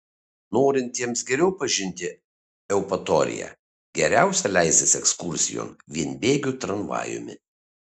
norintiems geriau pažinti eupatoriją geriausia leistis ekskursijon vienbėgiu tramvajumi